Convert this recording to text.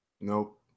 Nope